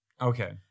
Okay